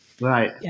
Right